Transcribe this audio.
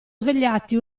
svegliati